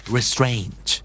Restraint